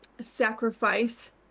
sacrifice